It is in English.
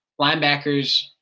Linebackers